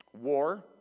War